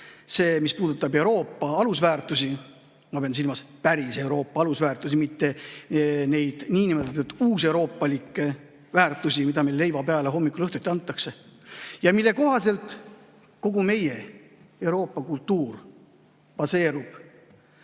See puudutab Euroopa alusväärtusi. Ma pean silmas päris Euroopa alusväärtusi, mitte neid niinimetatud uuseuroopalikke väärtusi, mida meile leiva peale hommikul ja õhtul antakse, mille kohaselt kogu meie Euroopa kultuur baseerub